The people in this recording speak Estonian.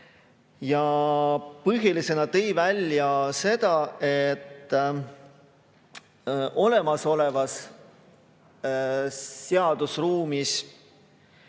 Põhilisena tõi ta välja seda, et olemasolevas seadusruumis